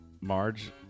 Marge